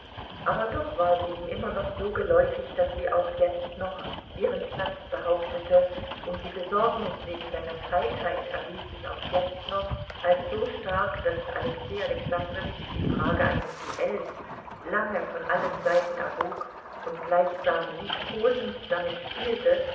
aber doch war sie ihm immer noch so geläufig daß sie auch jetzt noch ihren platz behauptete und die besorgnis wegen seiner feigheit erwies sich auch jetzt noch als so stark daß alexei alexandrowitsch die frage eines duells lange von allen seiten erwog und gleichsam liebkosend damit spielte